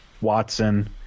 Watson